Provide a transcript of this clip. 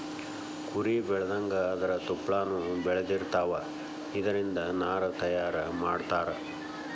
ಕುರಿ ಬೆಳದಂಗ ಅದರ ತುಪ್ಪಳಾನು ಬೆಳದಿರತಾವ, ಇದರಿಂದ ನಾರ ತಯಾರ ಮಾಡತಾರ